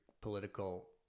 political